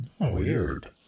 Weird